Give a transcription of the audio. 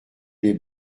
les